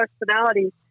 personality